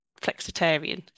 flexitarian